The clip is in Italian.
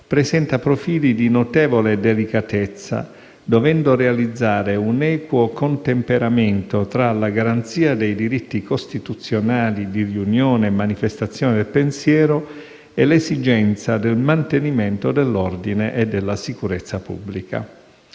presenta profili di notevole delicatezza, dovendo realizzare un equo contemperamento tra la garanzia dei diritti costituzionali di riunione e manifestazione del pensiero e l'esigenza del mantenimento dell'ordine e della sicurezza pubblica.